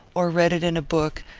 or read it in a book,